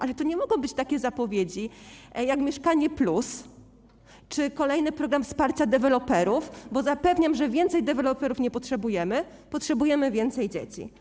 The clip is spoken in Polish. Ale to nie mogą być takie zapowiedzi jak „Mieszkanie+” czy kolejny program wsparcia deweloperów, bo zapewniam, że więcej deweloperów nie potrzebujemy, potrzebujemy więcej dzieci.